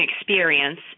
experience